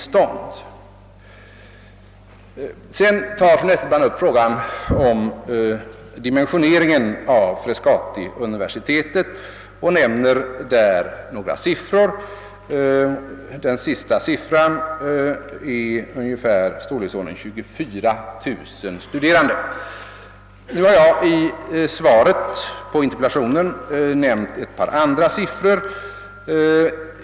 Fru Nettelbrandt tar vidare upp frågan om dimensioneringen av Frescatiuniversitetet och nämner därvid några siffror. Den sista siffran var ungefär 24 000 studerande. I mitt svar på interpellationen har jag nämnt ett par andra siffror.